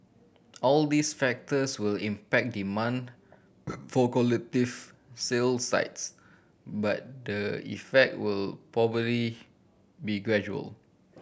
all these factors will impact demand for collective sale sites but the effect will probably be gradual